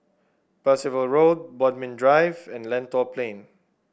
Percival Road Bodmin Drive and Lentor Plain